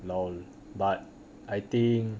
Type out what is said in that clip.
LOL but I think